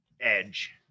edge